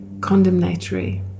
condemnatory